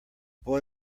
boy